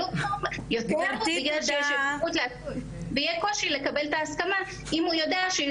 ויהיה קושי לקבל את ההסכמה אם הוא ידע,